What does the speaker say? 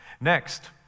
Next